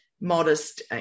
modest